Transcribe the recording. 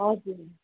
हजुर